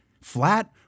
flat